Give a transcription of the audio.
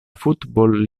football